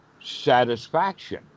satisfaction